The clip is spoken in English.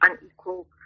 unequal